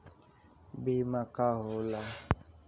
बीमा का होला?